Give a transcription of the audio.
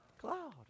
cloud